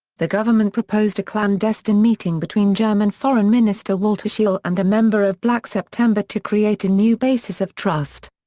the government proposed a clandestine meeting between german foreign minister walter scheel and a member of black september to create a new basis of trust.